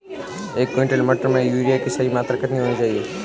एक क्विंटल मटर में यूरिया की सही मात्रा कितनी होनी चाहिए?